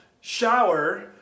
shower